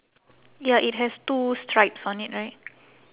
ya it has two stripes on it right